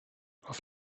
auf